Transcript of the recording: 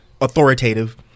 authoritative